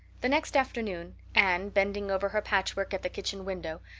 the next afternoon anne, bending over her patchwork at the kitchen window,